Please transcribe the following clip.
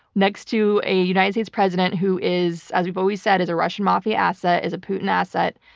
next to a united states president who is, as you've always said, is a russian mafia asset, is a putin asset.